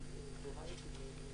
בסדר.